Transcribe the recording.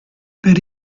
per